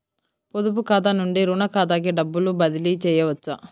పొదుపు ఖాతా నుండీ, రుణ ఖాతాకి డబ్బు బదిలీ చేయవచ్చా?